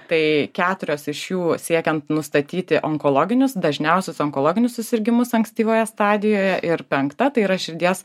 tai keturios iš jų siekiant nustatyti onkologinius dažniausius onkologinius susirgimus ankstyvoje stadijoje ir penkta tai yra širdies